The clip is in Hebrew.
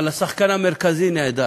אבל השחקן המרכזי נעדר.